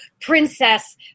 princess